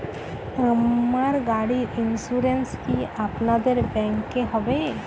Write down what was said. আমার গাড়ির ইন্সুরেন্স কি আপনাদের ব্যাংক এ হবে?